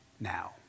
now